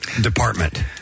department